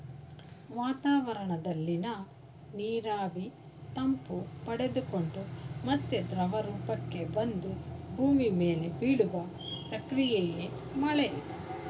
ವಾತಾವರಣದಲ್ಲಿನ ನೀರಾವಿ ತಂಪು ಪಡೆದುಕೊಂಡು ಮತ್ತೆ ದ್ರವರೂಪಕ್ಕೆ ಬಂದು ಭೂಮಿ ಮೇಲೆ ಬೀಳುವ ಪ್ರಕ್ರಿಯೆಯೇ ಮಳೆ